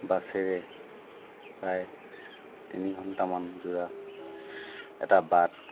বাছেৰে প্ৰায় তিনি ঘণ্টামান যোৰা এটা বাট